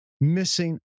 missing